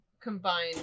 combined